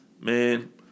man